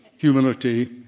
humility,